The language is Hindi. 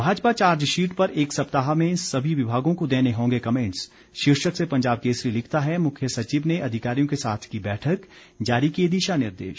भाजपा चार्जशीट पर एक सप्ताह में सभी विभागों को देने होंगे कमैंट्स शीर्षक से पंजाब केसरी लिखता है मुख्य सचिव ने अधिकारियों के साथ की बैठक जारी किए दिशा निर्देश